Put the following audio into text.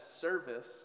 service